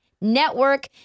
Network